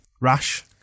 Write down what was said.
Rash